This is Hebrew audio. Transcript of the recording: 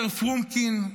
פרומקין,